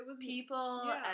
people